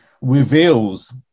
reveals